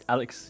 Alex